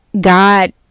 God